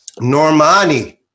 Normani